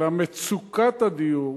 על מצוקת הדיור.